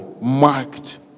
marked